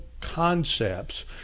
concepts